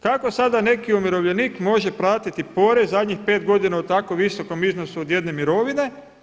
Kako sada neki umirovljenik može platiti porez zadnjih 5 godina u tako visokom iznosu od jedne mirovine?